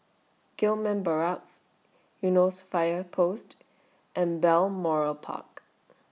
Gillman Barracks Eunos Fire Post and Balmoral Park